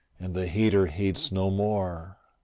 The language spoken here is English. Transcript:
and the hater hates no more